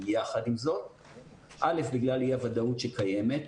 יחד עם זאת, א', בגלל אי הוודאות שקיימת,